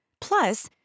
Plus